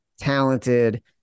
talented